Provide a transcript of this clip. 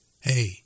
Hey